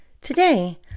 Today